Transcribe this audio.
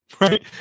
right